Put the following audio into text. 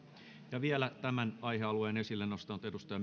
vielä tämän aihealueen esille nostanut edustaja